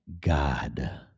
god